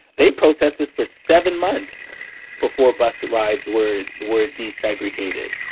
they protest us for seven months before bus rides were were desegregated.